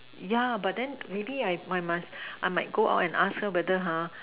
yeah but then maybe I must might go out and ask her whether ha